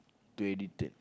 too addicted